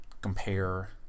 compare